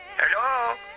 Hello